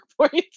points